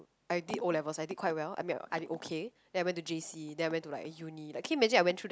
I did o-levels I did quite well I mean I did okay then I went to j_c then I went to like uni can you imagine I went through that